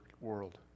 world